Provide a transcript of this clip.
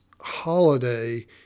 holiday